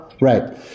Right